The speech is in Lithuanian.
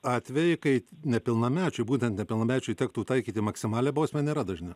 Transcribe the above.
atvejai kai nepilnamečiui būtent nepilnamečiui tektų taikyti maksimalią bausmę nėra dažni